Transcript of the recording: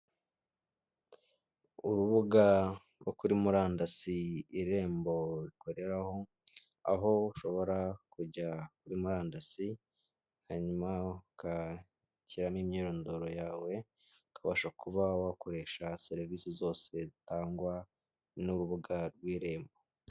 Urubuga rwo kuri murandasi irembo ukoreraraho aho ushobora kujya kuri murandasi hanyuma ugashyiramo imyirondoro yawe ukabasha kuba wakoresha serivisi zose zitangwa n'urubuga rw'irembo.